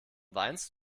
weinst